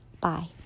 Bye